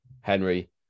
henry